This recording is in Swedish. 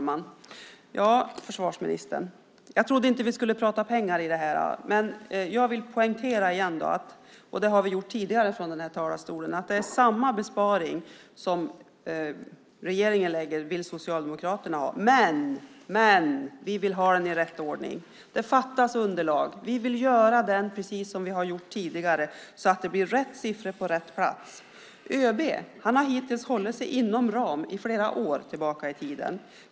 Herr talman! Jag trodde inte att vi skulle prata pengar, försvarsministern. Men jag vill återigen poängtera, vilket vi har gjort tidigare från denna talarstol, att Socialdemokraterna vill ha samma besparing som regeringen. Men vi vill ha den i rätt ordning. Det fattas underlag. Vi vill göra som vi har gjort tidigare så att det blir rätt siffror på rätt plats. ÖB har hållit sig inom ramen under flera år.